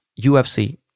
UFC